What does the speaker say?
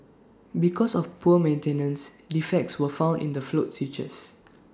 because of poor maintenance defects were found in the float switches